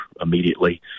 immediately